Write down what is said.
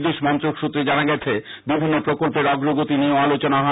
বিদেশমন্ত্রক সৃত্রে জানা গেছে বিভিন্ন প্রকল্পের অগ্রগতি নিয়েও আলোচনা হয়